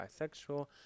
bisexual